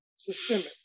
Systemic